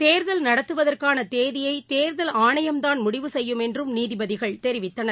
தேர்தல் நடத்துவதற்கான தேதியை தேர்தல் ஆணையம்தான் முடிவு செய்யும் என்றும் நீதிபதிகள் தெரிவித்தனர்